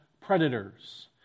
Predators